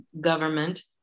government